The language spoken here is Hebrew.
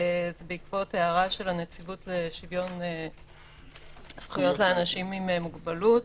בעקבות ההערה של הנציבות לשוויון זכויות לאנשים עם מוגבלות.